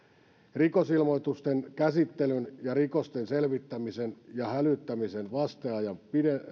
rikosilmoitusten käsittelyn ja rikosten selvittämisen ja hälyttämisen vasteajan